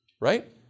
right